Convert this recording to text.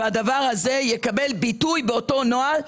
והדבר הזה יקבל ביטוי באותו נוהל,